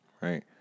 right